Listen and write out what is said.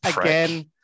again